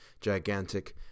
gigantic